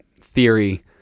theory